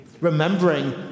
remembering